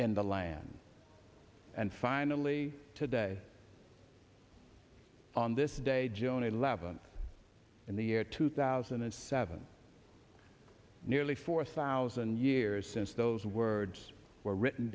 in the land and finally today on this day june eleventh in the year two thousand and seven nearly four thousand years since those words were written